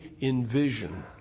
envision